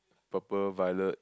purple violet